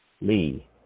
Lee